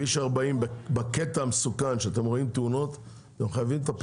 כביש 40 בקטע המסוכן שאתם רואים תאונות אתם חייבים לטפל בזה.